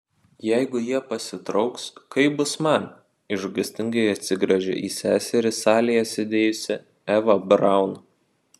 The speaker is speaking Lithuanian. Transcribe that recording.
jeigu jie pasitrauks kaip bus man išgąstingai atsigręžia į seserį salėje sėdėjusi eva braun